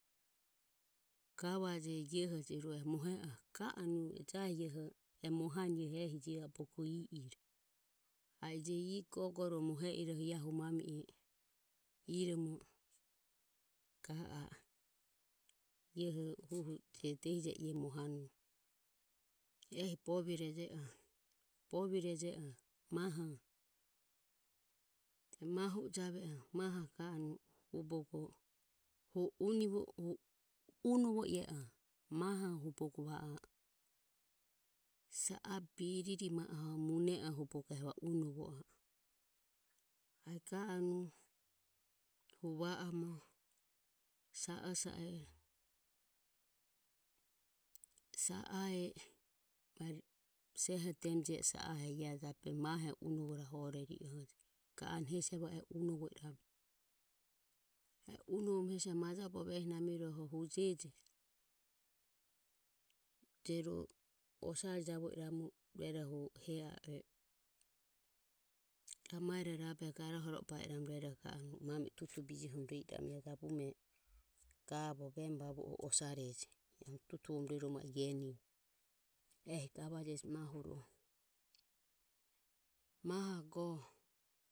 Gavajeje hu jahi iaeho bogo i iro gogo ro mohe iroho ie ma iromo iaeho iromo hu bovireje oho je mahu e jave oho hu bogo unovo ire e oho hu birire ma e mune oho ie ga anue hu va oromo sa o sa e sa ae seho demu je e sa aho e ie mahe ga anue hesi e umoromo unuvoromo hesi majae bovie ehi nami irohe hujege je ro osare javo iramu rama ero rabero garohoro e ba iramu tutu bijohoromo rue iramu gavo vemu vavuoho osareje tutubijoho romo rue iramu ehi gavaje mahoho mahoho go.